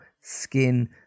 skin